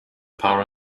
power